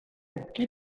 qui